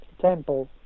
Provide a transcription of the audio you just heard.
temple